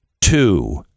Two